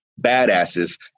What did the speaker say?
badasses